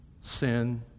sin